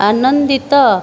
ଆନନ୍ଦିତ